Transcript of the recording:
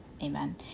amen